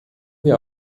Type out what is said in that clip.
wir